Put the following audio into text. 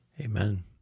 Amen